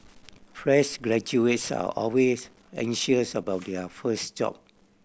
fresh graduates are always anxious about their first job